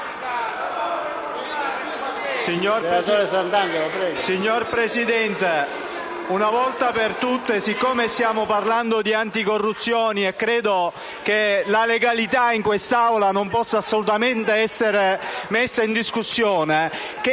Signor Presidente, una volta per tutte, siccome stiamo parlando di anticorruzione e credo che la legalità in quest'Aula non possa assolutamente essere messa in discussione, chiedo